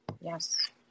Yes